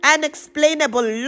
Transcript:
Unexplainable